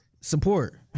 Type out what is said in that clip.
support